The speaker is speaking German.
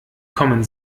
kommen